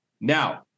Now